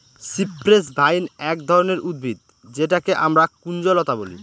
cypress vine এক ধরনের উদ্ভিদ যেটাকে আমরা কুঞ্জলতা বলি